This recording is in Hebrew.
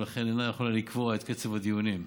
ולכן אינה יכולה לקבוע את קצב הדיונים.